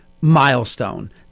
milestone